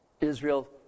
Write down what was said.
Israel